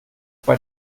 bei